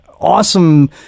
awesome